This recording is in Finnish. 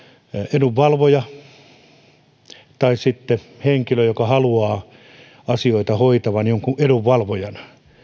edunvalvoja tai sitten henkilö joka haluaa asioita hoitaa jonkun edunvalvojana